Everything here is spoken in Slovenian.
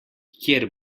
kjer